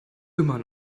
immer